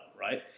right